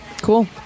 cool